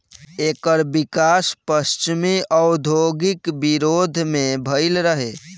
एकर विकास पश्चिमी औद्योगिक विरोध में भईल रहे